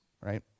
right